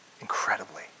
Incredibly